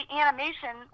animation